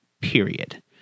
period